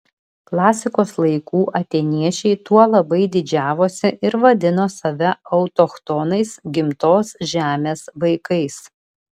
klasikos laikų atėniečiai tuo labai didžiavosi ir vadino save autochtonais gimtos žemės vaikais